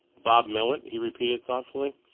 bob millet, he repeated thoughtfully.